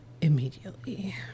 immediately